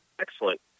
excellent